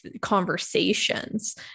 conversations